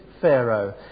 Pharaoh